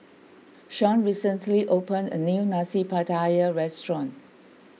Shawn recently opened a new Nasi Pattaya restaurant